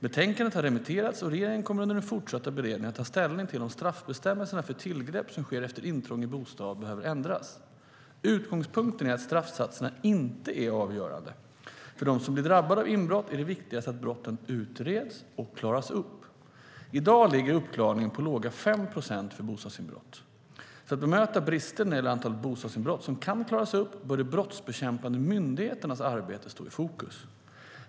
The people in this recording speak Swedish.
Betänkandet har remitterats, och regeringen kommer under den fortsatta beredningen att ta ställning till om straffbestämmelserna för tillgrepp som sker efter intrång i bostad behöver ändras. Utgångspunkten är att straffsatserna inte är avgörande. För dem som blir drabbade av inbrott är det viktigaste att brotten utreds och klaras upp. I dag ligger uppklaringen på låga 5 procent för bostadsinbrott. För att bemöta brister när det gäller antalet bostadsinbrott som kan klaras upp bör de brottsbekämpande myndigheternas arbete stå i fokus.